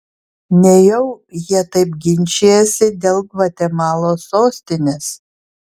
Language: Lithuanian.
nejau jie taip ginčijasi dėl gvatemalos sostinės